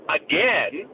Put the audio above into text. again